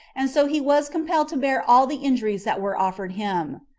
and so he was compelled to bear all the injuries that were offered him.